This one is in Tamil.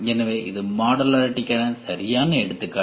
எனவே இது மாடுலாரிடிகான சரியான எடுத்துக்காட்டு